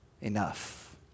enough